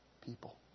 people